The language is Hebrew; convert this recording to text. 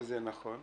זה נכון.